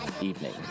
evening